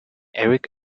erik